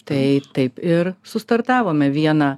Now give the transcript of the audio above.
tai taip ir sustartavome vieną